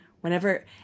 whenever